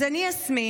אז אני יסמין,